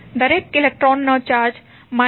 દરેક ઇલેક્ટ્રોનનો ચાર્જ 1